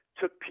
took